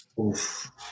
Oof